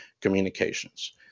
communications